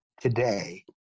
today